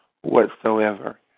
whatsoever